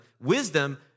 wisdom